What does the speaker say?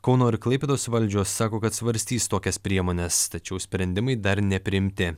kauno ir klaipėdos valdžios sako kad svarstys tokias priemones tačiau sprendimai dar nepriimti